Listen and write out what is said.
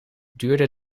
duurder